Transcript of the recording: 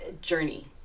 journey